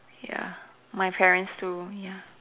ya my parents too ya